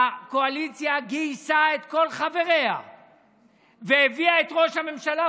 הקואליציה גייסה את כל חבריה והביאה את ראש הממשלה.